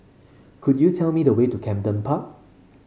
could you tell me the way to Camden Park